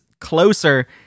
closer